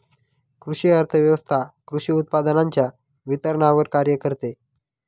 कृषी अर्थव्यवस्वथा कृषी उत्पादनांच्या वितरणावर कार्य करते